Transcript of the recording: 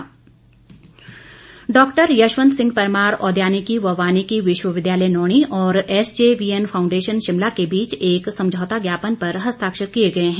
समझौता ज्ञापन डॉक्टर यशवंत सिंह परमार औद्यानिकी व वानिकी विश्वविद्यालय नौणी और एसजेवीएन फांउडेशन शिमला के बीच एक समझौता ज्ञापन पर हस्ताक्षर किए गए हैं